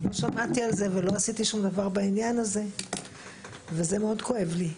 לא שמעתי על זה ולא עשיתי שום דבר בעניין הזה וזה מאוד כואב לי.